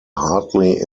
hardly